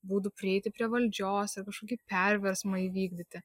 būdu prieiti prie valdžios ir kažkokį perversmą įvykdyti